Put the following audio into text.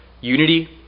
unity